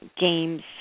games